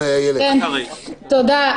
תודה.